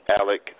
Alec